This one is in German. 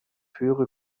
höhere